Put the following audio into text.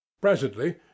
presently